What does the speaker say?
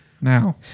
Now